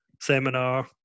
seminar